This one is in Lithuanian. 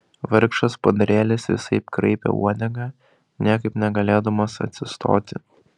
vargšas padarėlis visaip kraipė uodegą niekaip negalėdamas atsistoti